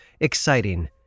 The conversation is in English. exciting